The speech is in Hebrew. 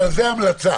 אבל זו המלצה.